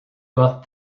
got